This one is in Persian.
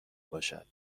باشد